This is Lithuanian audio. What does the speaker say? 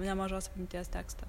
nemažos apimtie tekstą